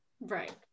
Right